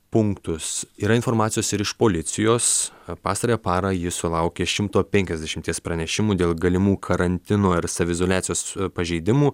punktus yra informacijos ir iš policijos pastarąją parą ji sulaukė šimto penkiasdešimties pranešimų dėl galimų karantino ir saviizoliacijos pažeidimų